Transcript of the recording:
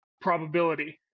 probability